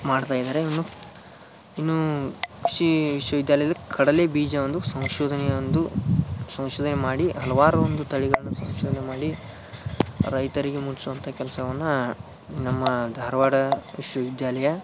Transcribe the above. ಮಾಡ್ತಾ ಇದ್ದಾರೆ ಇನ್ನು ಇನ್ನು ವಿದ್ಯಾಲಯದ ಕಡಲೆ ಬೀಜವನ್ನು ಸಂಶೋಧನೆಯ ಒಂದು ಸಂಶೋಧನೆ ಮಾಡಿ ಹಲವಾರು ಒಂದು ತಳಿಗಳನ್ನು ಸಂಶೋಧನೆ ಮಾಡಿ ರೈತರಿಗೆ ಮುಟ್ಟಿಸುವಂಥ ಕೆಲಸವನ್ನ ನಮ್ಮ ಧಾರವಾಡ ಕೃಷಿ ವಿದ್ಯಾಲಯ